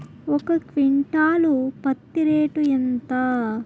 ఒక క్వింటాలు పత్తి రేటు ఎంత?